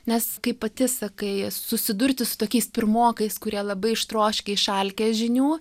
nes kaip pati sakai susidurti su tokiais pirmokais kurie labai ištroškę išalkę žinių